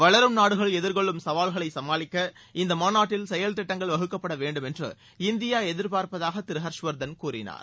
வளரும் நாடுகள் எதிர்கொள்ளும் சவால்களை சமாளிக்க இந்த மாநாட்டில் செயல் திட்டங்கள் வகுக்கப்பட வேண்டும் என்று இந்தியா எதிர்பார்ப்பதாக திரு ஹர்ஷ்வர்தன் கூறினார்